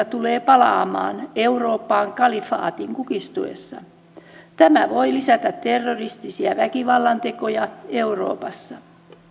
tulee palaamaan eurooppaan kalifaatin kukistuessa tämä voi lisätä terroristisia väkivallantekoja euroopassa